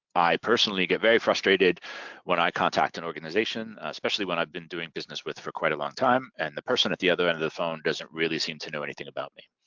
i personally get very frustrated when i contact an and organization, especially one i've been doing business with for quite a long time and the person at the other end of the phone doesn't really seem to know anything about me.